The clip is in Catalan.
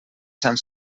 sant